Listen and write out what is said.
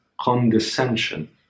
condescension